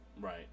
Right